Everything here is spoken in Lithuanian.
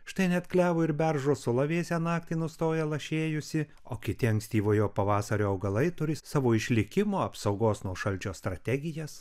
štai net klevo ir beržo sula vėsią naktį nustoja lašėjusi o kiti ankstyvojo pavasario augalai turi savo išlikimo apsaugos nuo šalčio strategijas